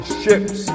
ships